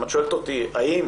אם את שואלת אותי האם